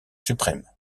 suprême